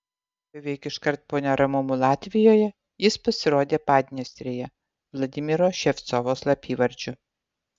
beveik iškart po neramumų latvijoje jis pasirodė padniestrėje vladimiro ševcovo slapyvardžiu